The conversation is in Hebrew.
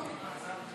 בבקשה.